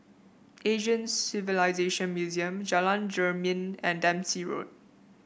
Asian Civilisation Museum Jalan Jermin and Dempsey Road